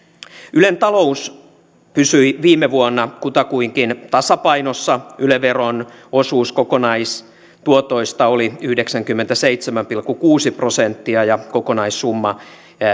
ylen talous pysyi viime vuonna kutakuinkin tasapainossa yle veron osuus kokonaistuotoista oli yhdeksänkymmentäseitsemän pilkku kuusi prosenttia ja kokonaissumma